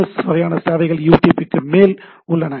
S வகையான சேவைகள் யுடிபிக்கு மேல் உள்ளன